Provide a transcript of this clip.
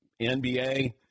NBA